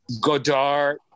Godard